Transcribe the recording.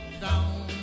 down